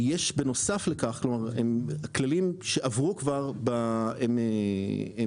בנוסף לכך יש כללים שעברו כבר בוועדה.